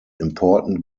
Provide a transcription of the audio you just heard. important